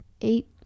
eight